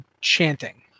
chanting